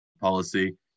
policy